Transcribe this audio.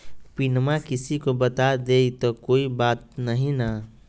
पिनमा किसी को बता देई तो कोइ बात नहि ना?